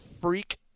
freak